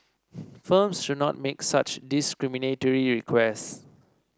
firms should not make such discriminatory requests